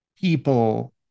people